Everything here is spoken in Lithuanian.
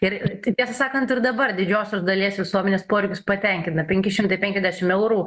ir tai tiesą sakant ir dabar didžiosios dalies visuomenės poreikius patenkina penki šimtai penkiasdešim eurų